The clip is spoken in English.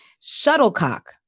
Shuttlecock